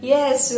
Yes